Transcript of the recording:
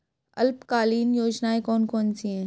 अल्पकालीन योजनाएं कौन कौन सी हैं?